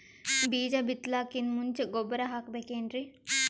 ಬೀಜ ಬಿತಲಾಕಿನ್ ಮುಂಚ ಗೊಬ್ಬರ ಹಾಕಬೇಕ್ ಏನ್ರೀ?